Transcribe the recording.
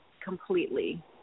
completely